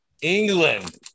England